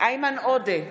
איימן עודה,